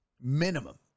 minimum